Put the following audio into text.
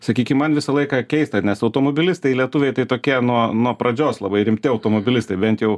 sakykim man visą laiką keista nes automobilistai lietuviai tai tokie nuo nuo pradžios labai rimti automobilistai bent jau